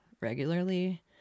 regularly